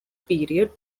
period